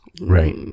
Right